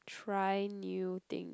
try new thing